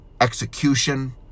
execution